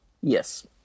yes